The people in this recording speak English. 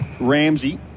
Ramsey